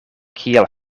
kiel